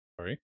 Sorry